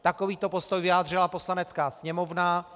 Takovýto postoj vyjádřila Poslanecká sněmovna.